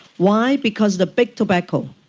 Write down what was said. why? because the big tobacco,